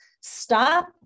Stop